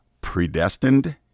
Predestined